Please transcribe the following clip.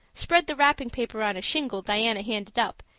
spread the wrapping paper on a shingle diana handed up,